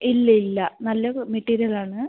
ഇല്ലില്ല നല്ല മെറ്റീരിയൽ ആണ്